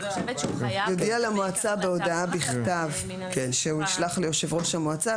"יודיע למועצה בהודעה בכתב" שהוא ישלח ליושב-ראש המועצה,